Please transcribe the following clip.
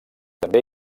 també